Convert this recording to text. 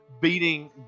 beating